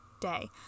day